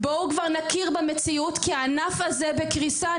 בואו כבר נכיר במציאות כי הענף הזה בקריסה.